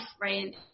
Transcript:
right